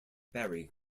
barrie